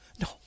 No